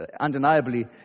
undeniably